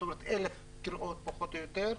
אומרת 1,000 קריאות בשנה פחות או יותר,